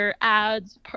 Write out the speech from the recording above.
ads